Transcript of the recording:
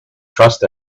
trust